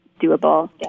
doable